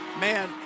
man